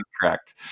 correct